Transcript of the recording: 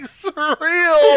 surreal